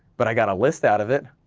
but i got a list out of it.